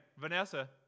Vanessa